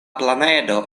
planedo